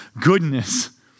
goodness